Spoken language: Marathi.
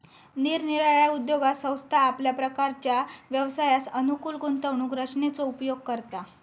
निरनिराळ्या उद्योगात संस्था आपल्या प्रकारच्या व्यवसायास अनुकूल गुंतवणूक रचनेचो उपयोग करता